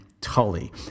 Tully